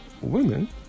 women